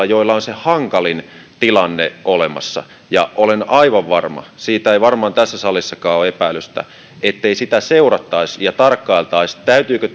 joilla on se hankalin tilanne olemassa ja olen aivan varma siitä ei varmaan tässä salissakaan ole epäilystä että sitä seurattaisiin ja tarkkailtaisiin että täytyykö